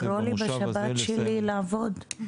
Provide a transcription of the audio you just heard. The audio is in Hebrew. לקרוא לי בשבת שלי לעבוד?